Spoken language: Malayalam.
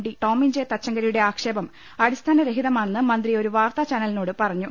ഡി ടോമിൻ ജെ തച്ചങ്കരിയുടെ ആക്ഷേപം അടിസ്ഥാനരഹിതമാണെന്ന് മന്ത്രി ഒരു വാർത്താചാനലിനോട് പറഞ്ഞു